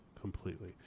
Completely